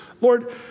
Lord